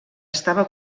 estava